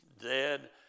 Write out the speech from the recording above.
dead